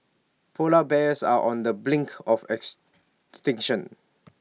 Polar Bears are on the brink of ex